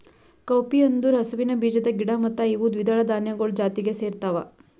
cowpea ಅಂದುರ್ ಹಸುವಿನ ಬೀಜದ ಗಿಡ ಮತ್ತ ಇವು ದ್ವಿದಳ ಧಾನ್ಯಗೊಳ್ ಜಾತಿಗ್ ಸೇರ್ತಾವ